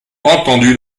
entendu